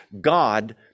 God